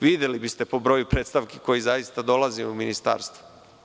Videli biste po broju predstavki koje zaista dolaze u Ministarstvo.